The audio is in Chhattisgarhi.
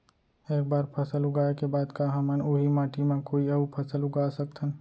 एक बार फसल उगाए के बाद का हमन ह, उही माटी मा कोई अऊ फसल उगा सकथन?